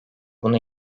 bunu